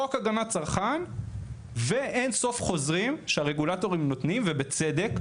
חוק הגנת צרכן ואינסוף חוזרים שהרגולטורים נותנים ובצדק,